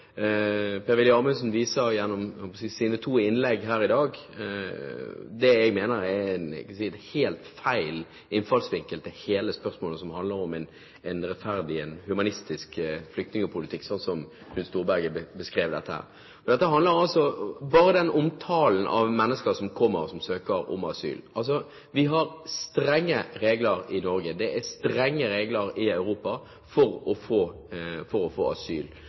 Per-Willy Amundsen viser gjennom sine to innlegg her i dag det jeg mener er en helt feil innfallsvinkel til hele spørsmålet som handler om en rettferdig, humanistisk flyktningpolitikk, sånn som Knut Storberget beskrev det. Ta bare den omtalen av mennesker som kommer og søker om asyl. Vi har strenge regler i Norge. Det er strenge regler i Europa for å få asyl, og det å si at alle mennesker som søker om asyl,